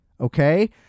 Okay